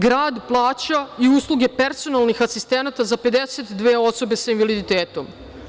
Grad plaća i usluge personalnih asistenata za 52 osobe sa invaliditetom.